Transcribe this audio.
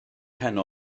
heno